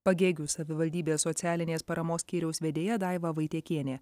pagėgių savivaldybės socialinės paramos skyriaus vedėja daiva vaitiekienė